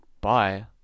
Bye